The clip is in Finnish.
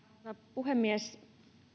puhemies